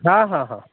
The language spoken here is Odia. ହଁ ହଁ ହଁ